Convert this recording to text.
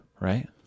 right